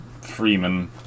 Freeman